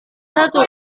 satu